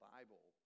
Bible